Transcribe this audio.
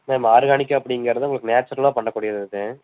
ma'am organic அப்படிங்கிறது உங்களுக்கு நேச்சுரலாக பண்ணக்கூடியது அது